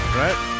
right